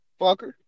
Fucker